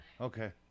Okay